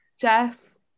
Jess